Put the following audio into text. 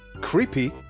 Creepy